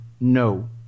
no